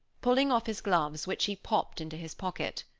pulling off his gloves, which he popped into his pocket.